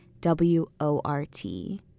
W-O-R-T